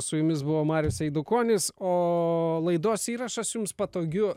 su jumis buvo marius eidukonis o laidos įrašas jums patogiu